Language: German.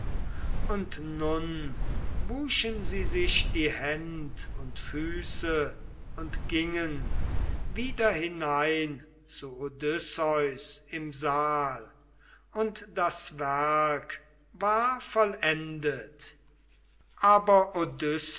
und nun wuschen sie sich die händ und füße und gingen wieder hinein zu odysseus im saal und das werk war vollendet aber